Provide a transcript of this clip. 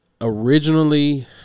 Originally